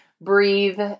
breathe